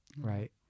Right